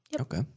Okay